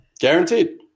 Guaranteed